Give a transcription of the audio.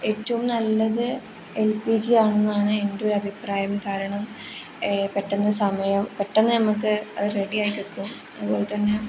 ഏറ്റവും നല്ലത് L P G ആണെന്നാണ് എൻ്റെ ഒരു അഭിപ്രായം കാരണം പെട്ടന്ന് സമയം പെട്ടെന്ന് നമുക്ക് അത് റെഡിയായി കിട്ടും അതുപോലെത്തന്നെ